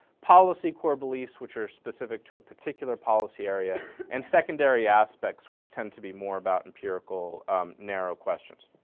policy core beliefs which are specific to a particular policy area and secondary aspects which tend to be more about empirical narrow questions.